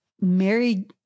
Mary